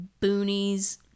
boonies